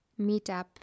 meetup